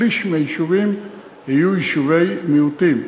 שליש מהיישובים היו יישובי מיעוטים,